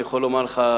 אני יכול לומר לך,